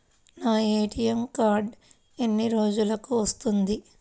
నా A T M card ఎన్ని రోజులకు వస్తుంది?